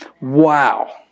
Wow